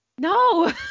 No